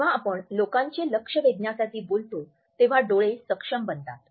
जेव्हा आपण लोकांचे लक्ष वेधण्यासाठी बोलतो तेव्हा डोळे सक्षम बनतात